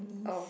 oh